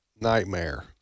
nightmare